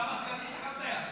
כי הוא גם מטכ"ליסט וגם טייס.